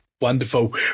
Wonderful